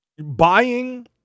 buying